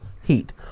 Heat